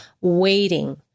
waiting